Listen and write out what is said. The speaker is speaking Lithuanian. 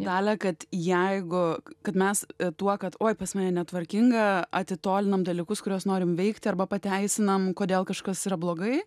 dalia kad jeigu kad mes tuo kad oi pas mane netvarkinga atitolinam dalykus kuriuos norim veikti arba pateisinam kodėl kažkas yra blogai